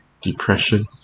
depression